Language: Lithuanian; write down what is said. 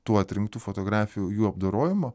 tų atrinktų fotografijų jų apdorojimo